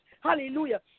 Hallelujah